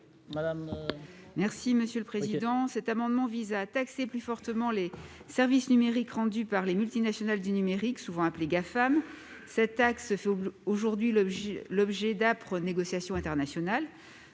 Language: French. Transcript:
Mme Isabelle Briquet. Cet amendement vise à taxer plus fortement les services numériques rendus par les multinationales du numérique, souvent appelées Gafam. Ce sujet fait aujourd'hui l'objet d'âpres négociations internationales.